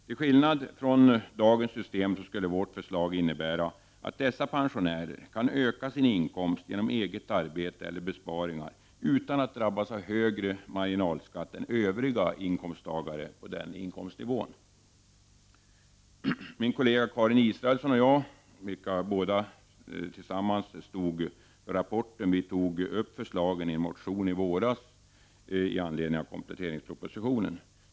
Till skillnad från dagens system skulle vårt förslag innebära att dessa pensionärer kan öka sina inkomster genom eget arbete eller genom besparingar utan att drabbas av högre marginalskatt än övriga på denna inkomstnivå. Min kollega Karin Israelsson och jag, vilka tillsammans stod för rapporten, tog upp våra förslag i en motion i våras i anledning av kompletteringspropositionen.